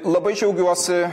labai džiaugiuosi